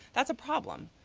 that's a problem,